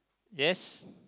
yes